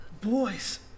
Boys